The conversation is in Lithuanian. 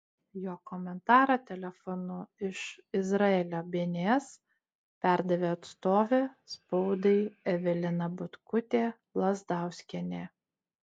jo komentarą telefonu iš izraelio bns perdavė atstovė spaudai evelina butkutė lazdauskienė